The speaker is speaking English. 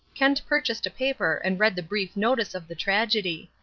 kent purchased a paper and read the brief notice of the tragedy.